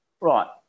Right